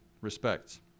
respects